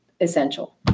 essential